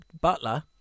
Butler